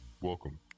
Welcome